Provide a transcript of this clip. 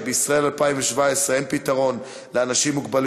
בישראל 2017 אין פתרון לאנשים עם מוגבלות